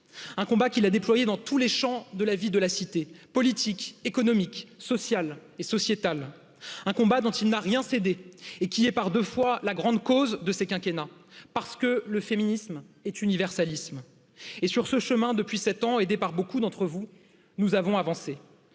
un combat qu'il a déployé dans tous les champs de la vie de la cité politique économique sociale et sociétale un combat dont il n'a rien cédé et qui est par deux fois la grande cause de ce quinquennat parce que le féminisme est universalisme chemin depuis sept ans aidé par beaucoup d'entre vous, nous avons avancé